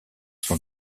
son